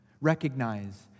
recognize